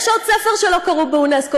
יש עוד ספר שלא קראו באונסק"ו,